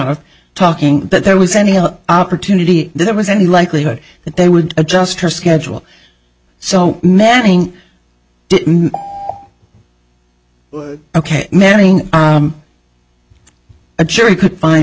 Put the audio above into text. of talking that there was any opportunity there was a likelihood that they would adjust her schedule so manning didn't ok manning a jury